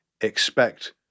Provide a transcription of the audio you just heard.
expect